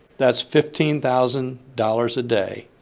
that's fifteen thousand dollars a day.